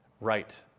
Right